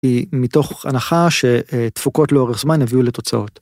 היא מתוך הנחה שתפוקות לאורך זמן יביאו לתוצאות.